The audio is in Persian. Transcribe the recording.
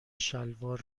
شلوار